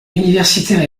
universitaire